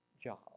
job